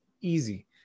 easy